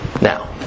Now